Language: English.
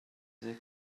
they